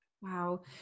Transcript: Wow